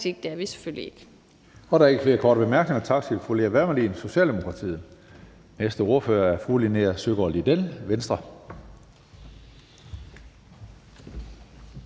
Det er vi selvfølgelig ikke.